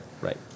right